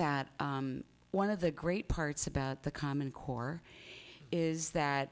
that one of the great parts about the common core is that